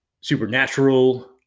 supernatural